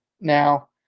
Now